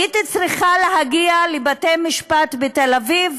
הייתי צריכה להגיע לבתי-משפט בתל-אביב